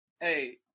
Hey